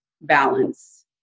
balance